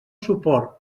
suport